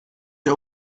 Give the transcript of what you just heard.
dir